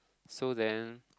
so then